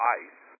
ice